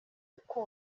uko